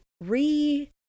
re